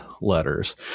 letters